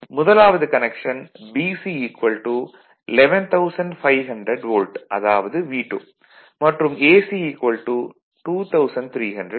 முதலாவது connection BC 11500 volt அதாவது V2 மற்றும் AC 2300 வோல்ட்